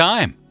Time